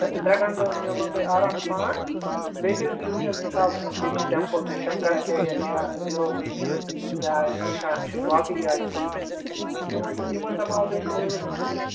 ترٛ ترٛے گھنٛٹہٕ حظ میلنو تۄہہِ آرام سان بیٚیہِ کٔرِو تُہۍ وٕچھ حظ مثال ییٚتہِ چھِ ٹٮ۪مپٕل تہِ شنٛکر اَچاریاہ چھِ یا زیٖرو برٛج چھِ یا نِشاط چھِ باقٕے جایہِ چھِ یم حظ یِم حظ کرناوَو تۄہہِ أسۍ سٲلِم وِزِٹ